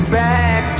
back